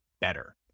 better